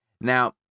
Now